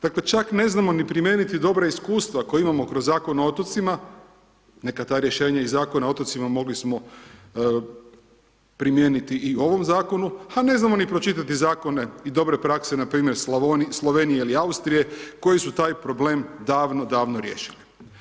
Dakle, čak ne znamo ni primijeniti dobra iskustva koja imamo kroz Zakon o otocima, neka ta rješenja iz Zakona o otocima, mogli smo primijeniti i ovom Zakonu, a ne znamo ni pročitati Zakone i dobre prakse npr. Slovenije ili Austrije koji su taj problem davno, davno riješili.